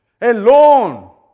Alone